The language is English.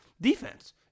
defense